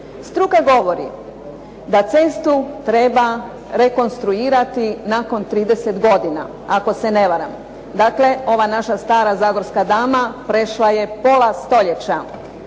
Struka govori da cestu treba rekonstruirati nakon 30 godina, ako se ne varam. Dakle ova naša stara zagorska dama prešla je pola stoljeća.